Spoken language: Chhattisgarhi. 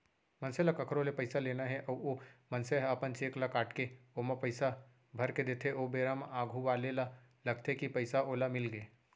मनसे ल कखरो ले पइसा लेना हे अउ ओ मनसे ह अपन चेक ल काटके ओमा पइसा भरके देथे ओ बेरा म आघू वाले ल लगथे कि पइसा ओला मिलगे